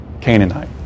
Canaanite